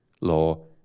law